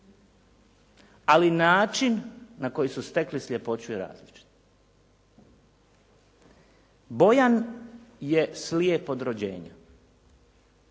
Ali način na koji su stekle sljepoću je različit. Bojan je slijep od rođenja.